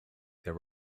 there